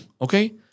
okay